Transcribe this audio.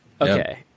Okay